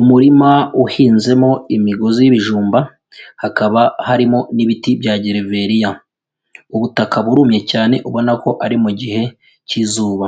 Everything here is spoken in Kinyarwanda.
Umurima uhinzemo imigozi y'ibijumba, hakaba harimo n'ibiti byagereveriya, ubutaka burumye cyane ubona ko ari mu gihe cy'izuba,